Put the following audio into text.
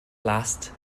last